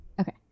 Okay